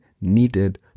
needed